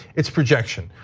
it's projection.